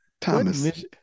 Thomas